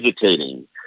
hesitating